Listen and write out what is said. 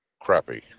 crappy